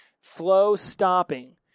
flow-stopping